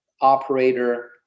operator